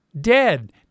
Dead